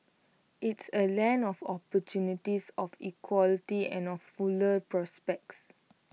it's A land of opportunities of equality and of fuller prospects